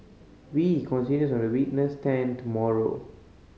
wee continues on the witness stand tomorrow